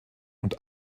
und